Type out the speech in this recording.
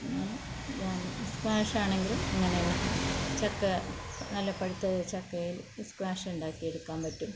അങ്ങനെ ജാം സ്ക്വാഷാണെങ്കിൽ അങ്ങനെ ചക്ക നല്ല പഴുത്ത ചക്കയിൽ സ്ക്വാഷ് ഉണ്ടാക്കിയെടുക്കാൻ പറ്റും